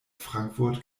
frankfurt